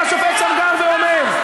כבוד השופט שמגר ואומר,